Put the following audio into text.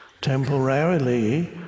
temporarily